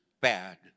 bad